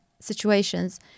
situations